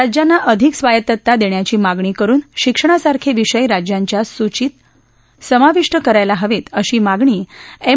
राज्यांना अधिक स्वायत्तता देण्याची मागणी करुन शिक्षणासारखे विषय राज्यांच्या सूचित समाविष्ट करायला हवेत अशी मागणी एम